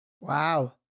wow